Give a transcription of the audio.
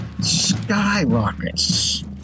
skyrockets